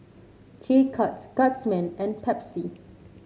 K Cuts Guardsman and Pepsi